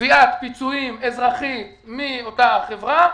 לתביעת פיצויים אזרחית מאותה חברה,